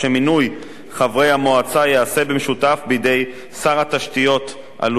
המועצה ייעשה במשותף בידי שר התשתיות הלאומיות ושר האוצר.